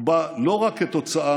הוא בא לא רק כתוצאה